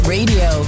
Radio